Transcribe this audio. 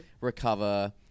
recover